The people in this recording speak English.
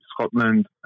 Scotland